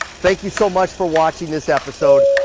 thank you so much for watching this episode.